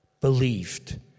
believed